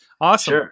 Awesome